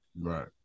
Right